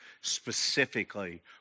specifically